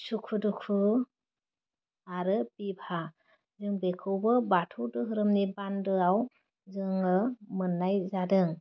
सुखु दुखु आरो बिफा जों बेखौबो बाथौ दोरोमनि बान्दोआव जोङो मोननाय जादों